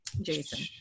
Jason